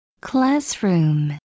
Classroom